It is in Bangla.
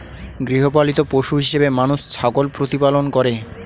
গৃহপালিত পশু হিসেবে মানুষ ছাগল প্রতিপালন করে